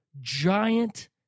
giant